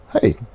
Hey